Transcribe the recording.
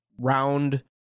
round